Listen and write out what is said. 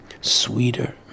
sweeter